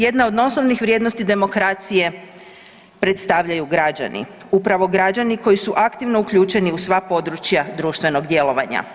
Jednu od osnovnih vrijednosti demokracije predstavljaju građani, upravo građani koji su aktivno uključeni u sva područja društvenog djelovanja.